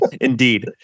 indeed